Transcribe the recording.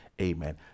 Amen